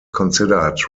considered